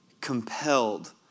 compelled